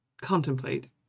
contemplate